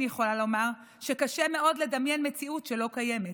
אני יכולה לומר שקשה מאוד לדמיין מציאות שלא קיימת.